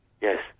Yes